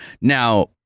Now